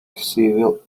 civil